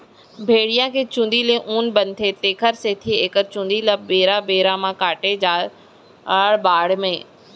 भेड़िया के चूंदी ले ऊन बनथे तेखर सेती एखर चूंदी ल बेरा बेरा म काटे जाथ बाड़हे म